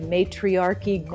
Matriarchy